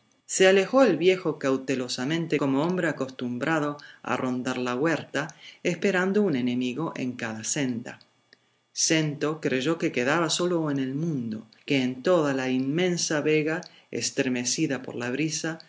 se alejó el viejo cautelosamente como hombre acostumbrado a rondar la huerta esperando un enemigo en cada senda snto creyó que quedaba solo en el mundo que en toda la inmensa vega estremecida por la brisa